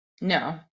No